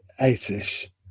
eight-ish